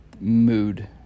mood